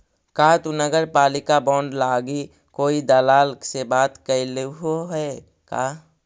का तु नगरपालिका बॉन्ड लागी कोई दलाल से बात कयलहुं हे का?